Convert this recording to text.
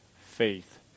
faith